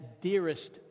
dearest